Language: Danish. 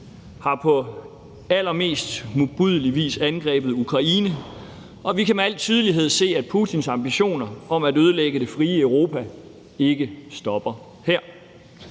har på allermest modbydelig vis angrebet Ukraine, og vi kan med al tydelighed se, at Putins ambitioner om at ødelægge det frie Europa ikke stopper her.